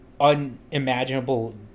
unimaginable